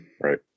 Right